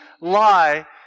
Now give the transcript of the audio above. lie